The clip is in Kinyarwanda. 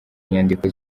inyandiko